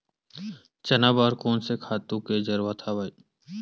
चना बर कोन से खातु के जरूरत हवय?